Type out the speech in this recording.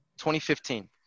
2015